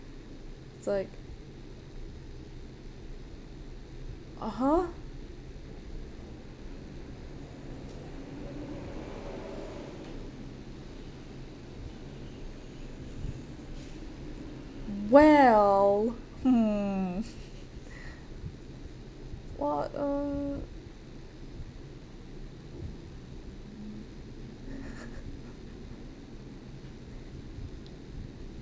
it's like (uh huh) well mm what uh